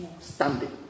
standing